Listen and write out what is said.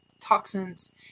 toxins